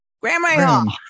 Grandma